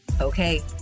Okay